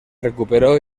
recuperó